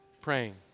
praying